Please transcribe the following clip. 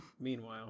meanwhile